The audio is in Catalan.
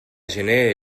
gener